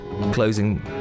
closing